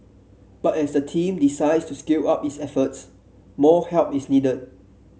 but as the team decides to scale up its efforts more help is needed